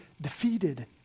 defeated